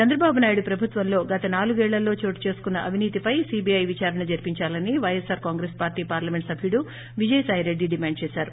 చంద్రబాబు నాయడు ప్రభుత్వంలో గత నాలుగేళ్లలో చోటు చేసుకున్న అవినీతిపై సీబీఐ విదారణ జరిపిందాలని వైఎస్సార్ కాంగ్రెస్ పార్టీ పార్లమెంట్ సభ్యుడు విజయసాయిరెడ్డి డిమాండ్ చేశారు